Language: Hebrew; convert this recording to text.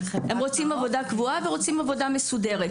הם רוצים עבודה קבועה, ורוצים עבודה מסודרת.